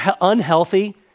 unhealthy